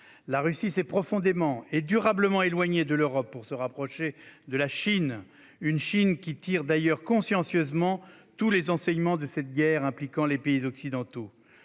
La Russie s'est profondément et durablement éloignée de l'Europe pour se rapprocher de la Chine. Une Chine qui tire d'ailleurs consciencieusement tous les enseignements de cette guerre impliquant les pays occidentaux,